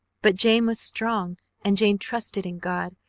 but jane was strong and jane trusted in god.